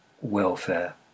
welfare